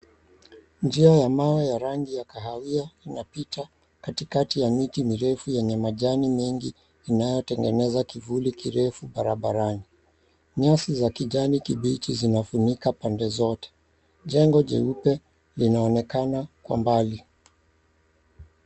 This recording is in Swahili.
Njia ya mawe ya rangi ya kahawia inapita katikati ya miti mirefu yenye majani mingi inayotengeneza kivuli kirefu barabarani. Nyasi za kijani kibichi zinafunika pande zote. Jengo jeupe linaonekana kwa mbali.